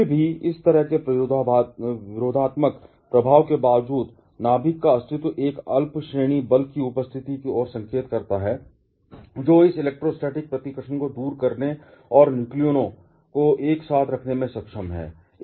फिर भी इस तरह के विरोधात्मक प्रभाव के बावजूद नाभिक का अस्तित्व एक अल्प श्रेणी बल की उपस्थिति की ओर संकेत करता है जो इस इलेक्ट्रोस्टैटिक प्रतिकर्षण को दूर करने और न्यूक्लियनों को एक साथ रखने में सक्षम है